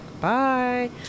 bye